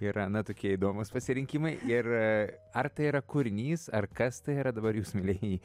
yra na tokie įdomūs pasirinkimai ir ar tai yra kūrinys ar kas tai yra dabar jūs mielieji